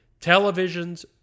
Televisions